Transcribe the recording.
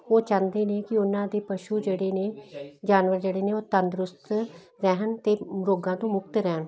ਉਹ ਚਾਹੁੰਦੇ ਨੇ ਕਿ ਉਹਨਾਂ ਦੇ ਪਸ਼ੂ ਜਿਹੜੇ ਨੇ ਜਾਨਵਰ ਜਿਹੜੇ ਨੇ ਉਹ ਤੰਦਰੁਸਤ ਰਹਿਣ ਤੇ ਰੋਗਾਂ ਤੋਂ ਮੁਕਤ ਰਹਿਣ